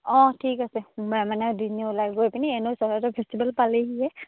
অঁ ঠিক আছে মানে দুইজনী ওলাই গৈ পিনি এনেই চৰাইদেউ ফেষ্টিভেল পালেহি যে